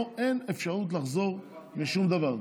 פה אין אפשרות לחזור משום דבר.